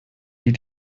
die